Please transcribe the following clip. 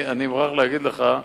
אני מוכרח להגיד לך: